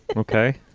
and ok.